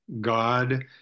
god